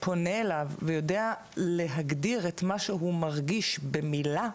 פונה אליו ויודע להגדיר את מה שהוא מרגיש במילה,